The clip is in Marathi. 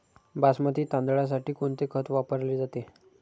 बासमती तांदळासाठी कोणते खत वापरले जाते?